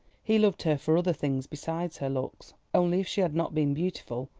he loved her for other things besides her looks. only if she had not been beautiful,